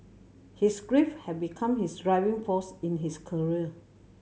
his grief had become his driving force in his career